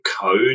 code